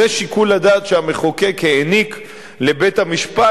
זה שיקול הדעת שהמחוקק העניק לבית-המשפט,